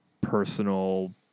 Personal